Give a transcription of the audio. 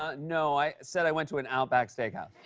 ah, no, i said i went to an outback steakhouse.